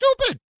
stupid